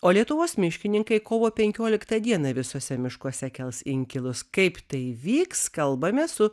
o lietuvos miškininkai kovo penkioliktą dieną visuose miškuose kels inkilus kaip tai vyks kalbamės su